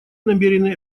намерены